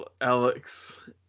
Alex